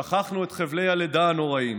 שכחנו את חבלי הלידה הנוראים,